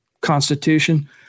constitution